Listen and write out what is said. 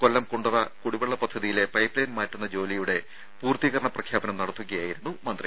കൊല്ലം കുണ്ടറ കുടിവെള്ള പദ്ധതിയിലെ പൈപ്പ്ലൈൻ മാറ്റുന്ന ജോലിയുടെ പൂർത്തീകരണ പ്രഖ്യാപനം നടത്തുകയായിരുന്നു മന്ത്രി